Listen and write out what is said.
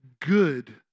good